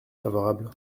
favorable